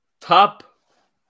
Top